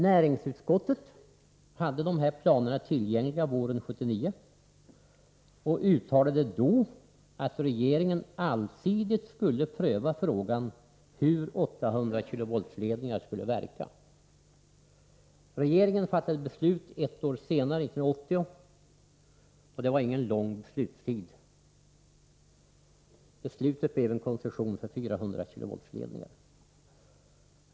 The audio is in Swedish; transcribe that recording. Näringsutskottet hade planerna tillgängliga våren 1979 och uttalade då att regeringen allsidigt skulle pröva frågan, hur 800 kV-ledningar skulle verka. Regeringen fattade beslut ett år senare, 1980; det var ingen lång beslutstid. Beslutet blev en koncession för 400 kV-ledningar.